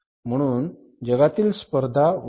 म्हणून जगातील स्पर्धा वाढली